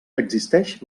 existeix